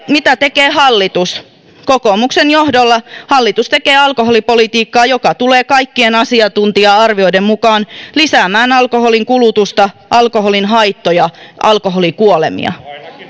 mitä tekee hallitus kokoomuksen johdolla hallitus tekee alkoholipolitiikkaa joka tulee kaikkien asiantuntija arvioiden mukaan lisäämään alkoholin kulutusta alkoholin haittoja alkoholikuolemia